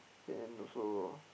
then also